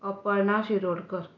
Aparna Shirodkar